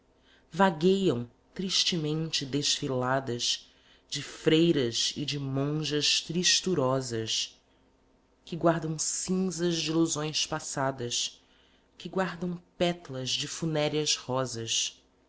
vagueiam tristemente desfiladas de freiras e de monjas tristurosas que guardam cinzas de ilusões passadas que guardam petlas de funéreas rosas